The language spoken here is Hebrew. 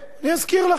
אני אזכיר לכם.